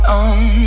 on